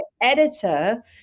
editor